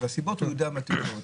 הסיבות הוא יודע מה הסיבות,